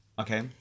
Okay